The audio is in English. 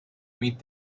meet